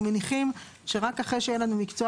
אנחנו מניחים שרק אחרי שיהיה לנו מקצוע